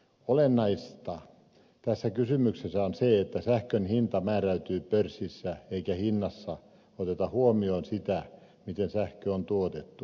olennaista tässä kysymyksessä on se että sähkön hinta määräytyy pörssissä eikä hinnassa oteta huomioon sitä miten sähkö on tuotettu